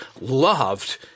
loved